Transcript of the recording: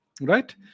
right